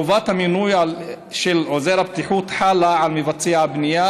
חובת המינוי של עוזר הבטיחות חלה על מבצע הבנייה